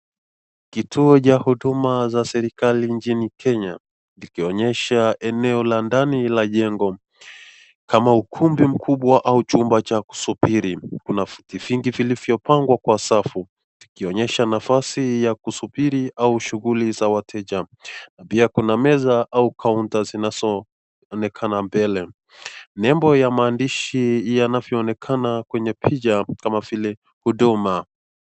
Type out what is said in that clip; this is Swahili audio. Kituo cha huduma za serekali nchini kenya kikionyesha sehemu ndani la jengo kama ukumbi mkubwa ama chumba cha kusubiri kuna vitu vingi vilivyopangwa kwa safu ikionyesha nafasi ya kusubiri aua shughuli za wateja na pia kuna meza au kaunta zinazoonekana mbele. Nembo ya maandishi yanavyoonekana kwenye picha kama vile huduma.